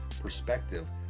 perspective